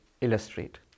illustrate